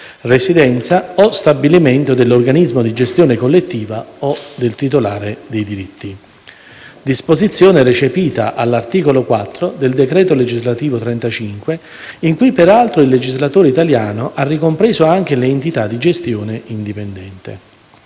residenza o stabilimento dell'organismo di gestione collettiva o del titolare dei diritti; disposizione recepita all'articolo 4 del citato decreto legislativo n. 35, in cui peraltro il legislatore italiano ha ricompreso anche le entità di gestione indipendente.